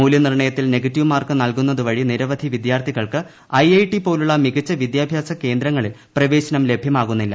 മൂല്യനിർണയത്തിൽ negative mark നൽകുന്നതുവഴി നിരവധി വിദ്യാർത്ഥികൾക്ക് ഐ ഐ ടി പോലുള്ള മികച്ച വിദ്യാഭ്യാസ കേന്ദ്രങ്ങളിൽ പ്രവേശനം ലഭ്യമാകുന്നില്ല